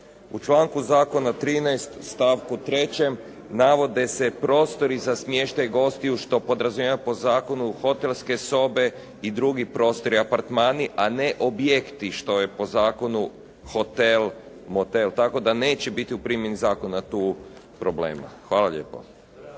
U članku zakona 13. stavku 3. navode se prostori za smještaj gostiju što podrazumijeva po zakonu hotelske sobe i drugi prostori, apartmani, a ne objekti što je po zakonu hotel, motel tako da neće biti u primjeni zakon tu problema. Hvala lijepo.